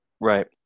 Right